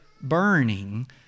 burning